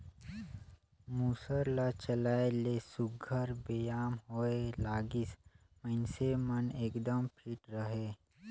मूसर ल चलाए ले सुग्घर बेयाम होए लागिस, मइनसे मन एकदम फिट रहें